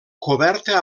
coberta